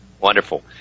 Wonderful